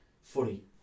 footy